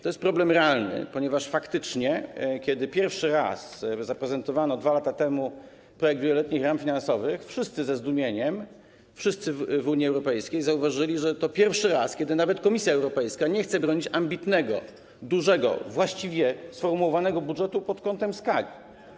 To jest problem realny, ponieważ faktycznie, kiedy pierwszy raz zaprezentowano 2 lata temu projekt wieloletnich ram finansowych, wszyscy w Unii Europejskiej ze zdumieniem zauważyli, że to pierwszy raz, kiedy nawet Komisja Europejska nie chce bronić ambitnego, dużego, właściwie sformułowanego budżetu pod kątem skali.